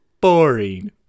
boring